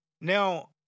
Now